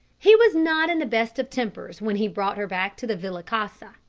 he was not in the best of tempers when he brought her back to the villa casa,